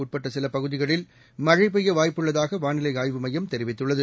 உட்பட்ட சில பகுதிகளில் மழை பெய்ய வாய்ப்பு உள்ளதாக வானிலை ஆய்வு மையம் தெரிவித்துள்ளது